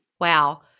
Wow